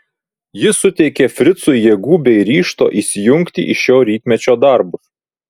ji suteikė fricui jėgų bei ryžto įsijungti į šio rytmečio darbus